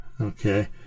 Okay